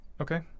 okay